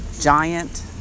giant